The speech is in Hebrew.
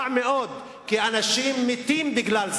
זה רע מאוד, כי אנשים מתים בגלל זה.